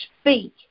speak